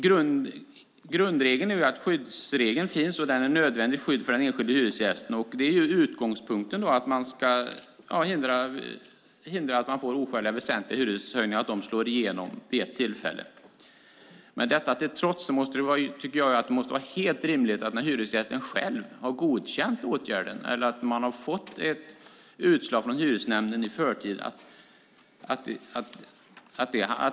Grundregeln är att skyddsregeln finns, och den är ett nödvändigt skydd för den enskilda hyresgästen. Utgångspunkten är att man ska hindra att det blir oskäliga hyreshöjningar som slår igenom vid ett tillfälle. Detta till trots tycker jag att det måste vara helt rimligt att detta måste gälla när hyresgästen själv har godkänt åtgärden eller fått ett utslag från Hyresnämnden i förtid.